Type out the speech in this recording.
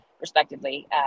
respectively